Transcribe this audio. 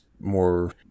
more